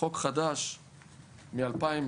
חוק חדש מ-2015,